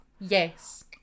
Yes